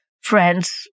friend's